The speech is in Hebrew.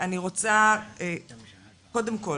רוצה קודם כל